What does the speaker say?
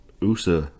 Usa